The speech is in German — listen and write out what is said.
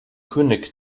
könig